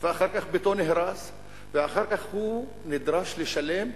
ואחר כך ביתו נהרס ואחר כך הוא נדרש לשלם,